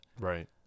right